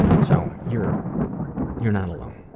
so you're you're not alone.